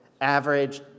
Average